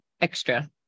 extra